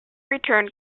return